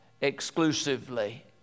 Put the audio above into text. exclusively